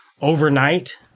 overnight